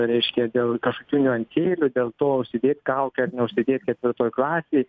reiškia dėl kažkokių niuansėlių dėl to užsidėt kaukę ar neužsidėt ketvirtoj klasėj